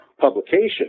publication